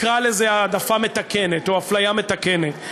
קרא לזה העדפה מתקנת או אפליה מתקנת.